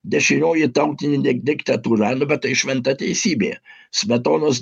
dešinioji tautinė diktatūrą nu bet tai šventa teisybė smetonos